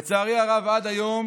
לצערי הרב, עד היום